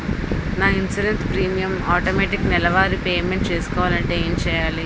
నా insurance premium automatic నెలవారి payment చేసుకోవాలంటే ఏంటి చేయాలి?